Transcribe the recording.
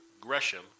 Gresham